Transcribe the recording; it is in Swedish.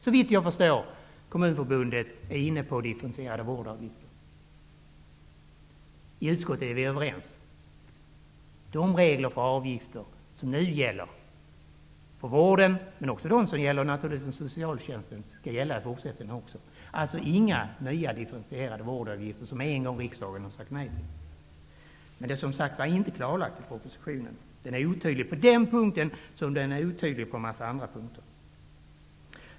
Såvitt jag förstår förordar Kommunförbundet differentierade vårdavgifter. I utskottet är vi överens om att de regler för avgiftsuttag som nu gäller inom vården men naturligtvis också inom socialtjänsten skall gälla även i fortsättningen. Det skall med andra ord inte bli några nya differentierade vårdavgifter som riksdagen en gång har sagt nej till. Men detta framgår som sagt inte av propositionen, som är otydlig på denna liksom på en massa andra punkter.